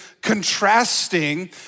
contrasting